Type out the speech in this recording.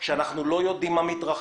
הייתה תחושה שאנחנו לא יודעים מה מתרחש